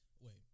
Wait